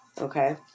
okay